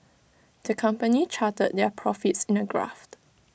the company charted their profits in A graphed